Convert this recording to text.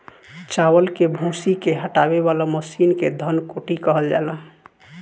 चावल के भूसी के हटावे वाला मशीन के धन कुटी कहल जाला